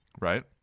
right